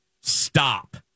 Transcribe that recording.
stop